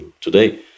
today